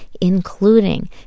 including